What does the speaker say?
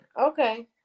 Okay